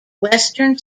western